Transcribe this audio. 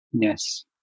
Yes